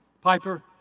Piper